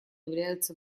являются